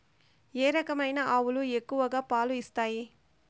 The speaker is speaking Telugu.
ఏ రకమైన ఆవులు ఎక్కువగా పాలు ఇస్తాయి?